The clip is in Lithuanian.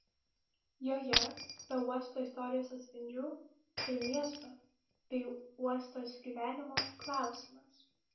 joje be uosto istorijos atspindžių ir miesto bei uosto sugyvenimo klausimas